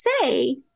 say